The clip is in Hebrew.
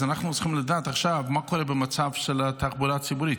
אז אנחנו צריכים לדעת עכשיו מה קורה במצב של התחבורה הציבורית,